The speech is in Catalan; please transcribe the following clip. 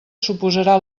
suposarà